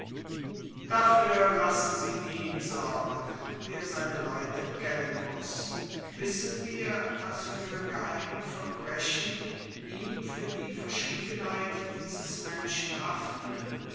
dafür lassen sie ihn sorgen der seine leute kennen muß wissen wir was für geheime verbrechen ihm für die verschwiegenheit dieses menschen haften